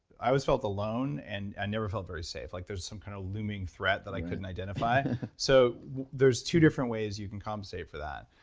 i always felt alone and i never felt very safe. like there's some kind of looming threat that i couldn't identify so there's two different ways you can compensate for that.